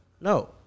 No